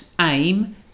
aim